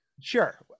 Sure